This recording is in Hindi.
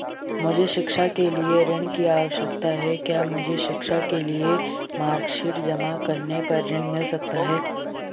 मुझे शिक्षा के लिए ऋण की आवश्यकता है क्या मुझे शिक्षा के लिए मार्कशीट जमा करने पर ऋण मिल सकता है?